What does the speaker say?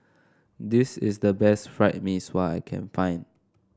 this is the best Fried Mee Sua I can find